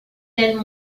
del